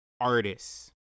artists